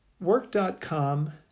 Work.com